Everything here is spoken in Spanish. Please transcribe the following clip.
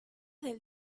del